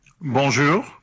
Bonjour